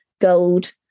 gold